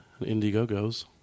Indiegogos